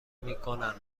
میکنند